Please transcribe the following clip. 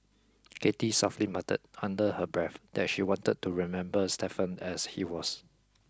Cathy softly muttered under her breath that she wanted to remember Stephen as he was